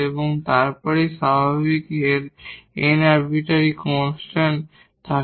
এবং তারপর স্বাভাবিকভাবেই এর n আরবিটারি কনস্ট্যান্ট থাকে